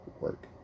work